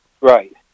Right